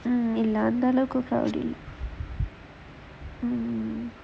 mmhmm